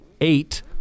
eight